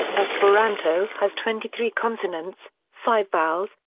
esperanto has twenty three consonants, five vowels,